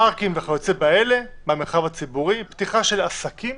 פארקים וכיו"ב במרחב הציבורי, פתיחה של עסקים